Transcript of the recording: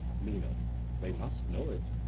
meno they must know it.